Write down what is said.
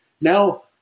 now